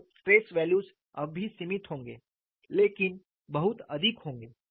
तो stress value अभी भी सीमित होंगे लेकिन बहुत अधिक होंगे